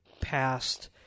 past